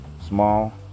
small